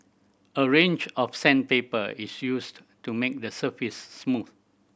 a range of sandpaper is used to make the surface smooth